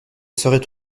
seraient